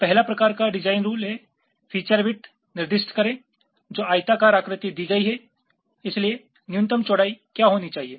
पहला प्रकार का डिजाइन रूल है फ़ीचर विद्थ निर्दिष्ट करें जो आयताकार आकृति दी गई है इसलिए न्यूनतम चौड़ाई क्या होनी चाहिए